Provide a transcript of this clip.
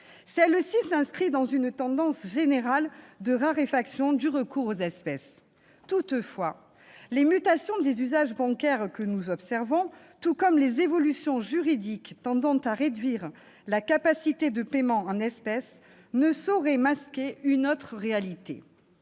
elle-même s'inscrivant dans une tendance générale de raréfaction du recours aux espèces. Toutefois, les mutations des usages bancaires que nous observons, tout comme les évolutions juridiques tendant à réduire la capacité de paiement en espèces, ne sauraient masquer une autre réalité